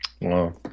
Wow